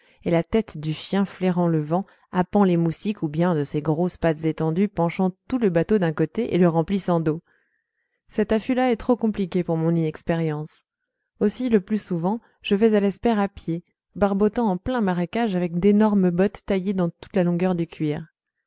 et la tête du chien flairant le vent happant les moustiques ou bien de ses grosses pattes étendues penchant tout le bateau d'un côté et le remplissant d'eau cet affût là est trop compliqué pour mon inexpérience aussi le plus souvent je vais à l espère à pied barbotant en plein marécage avec d'énormes bottes taillées dans toute la longueur du cuir